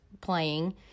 playing